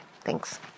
thanks